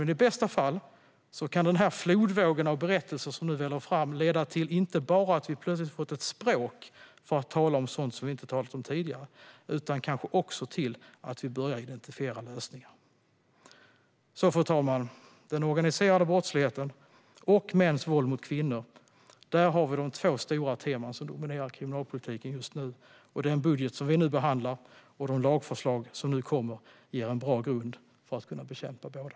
Men i bästa fall kan denna flodvåg av berättelser som nu väller fram leda till inte bara att vi plötsligt har fått ett språk för att tala om sådant som vi inte har talat om tidigare, utan kanske också till att vi börjar identifiera lösningar. Fru talman! Den organiserade brottsligheten och mäns våld mot kvinnor är de två stora teman som dominerar kriminalpolitiken just nu. Den budget som vi nu behandlar och de lagförslag som nu kommer ger en bra grund för att kunna bekämpa båda.